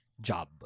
job